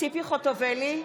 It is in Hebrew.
ציפי חוטובלי,